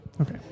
Okay